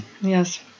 Yes